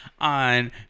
on